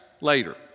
later